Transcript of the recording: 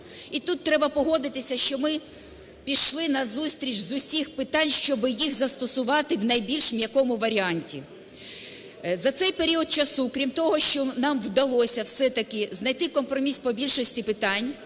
І тут треба погодитися, що ми пішли назустріч з усіх питань, щоби їх застосувати в найбільш м'якому варіанті. За цей період часу крім того, що нам вдалося все-таки знайти компроміс по більшості питань,